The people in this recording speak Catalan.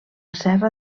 serra